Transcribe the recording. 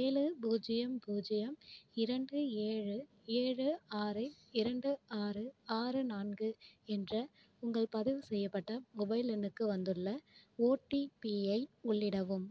ஏழு பூஜ்ஜியம் பூஜ்ஜியம் இரண்டு ஏழு ஏழு ஆறு இரண்டு ஆறு ஆறு நான்கு என்ற உங்கள் பதிவு செய்யப்பட்ட மொபைல் எண்ணுக்கு வந்துள்ள ஓடிபி ஐ உள்ளிடவும்